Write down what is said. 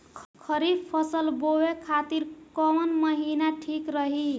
खरिफ फसल बोए खातिर कवन महीना ठीक रही?